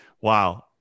Wow